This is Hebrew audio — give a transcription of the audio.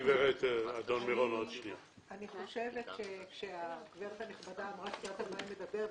אני חושבת שכאשר הגברת הנכבדה אמרה שהיא יודעת על מה היא מדברת,